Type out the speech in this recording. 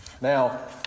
Now